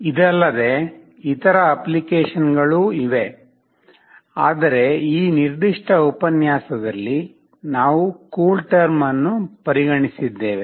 ಇದಲ್ಲದೆ ಇತರ ಅಪ್ಲಿಕೇಶನ್ಗಳೂ ಇವೆ ಆದರೆ ಈ ನಿರ್ದಿಷ್ಟ ಉಪನ್ಯಾಸದಲ್ಲಿ ನಾವು ಕೂಲ್ಟರ್ಮ್ ಅನ್ನು ಪರಿಗಣಿಸಿದ್ದೇವೆ